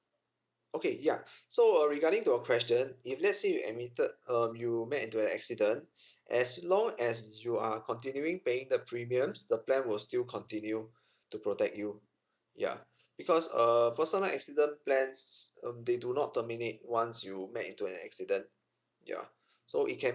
okay ya so uh regarding to your question if let's say you admitted um you met into an accident as long as you are continuing paying the premiums the plan will still continue to protect you yeah because err personal accident plans um they do not terminate once you met into an accident yeah so it can